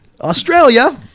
Australia